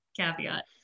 caveat